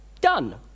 Done